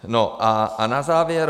No a na závěr.